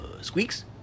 Squeaks